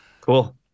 Cool